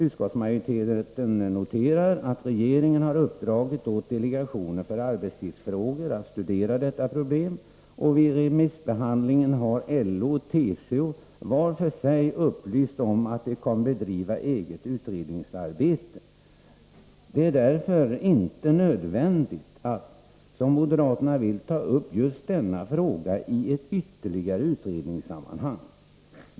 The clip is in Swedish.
Utskottsmajoriteten noterar att regeringen har uppdragit åt delegationen för arbetstidsfrågor att studera detta problem, och vid remissbehandlingen har LO och TCO var för sig upplyst om att de kommer att bedriva ett eget utredningsarbete. Det är därför inte nödvändigt att, som moderaterna vill, ta upp just denna fråga i ett ytterligare utredningssammanhang.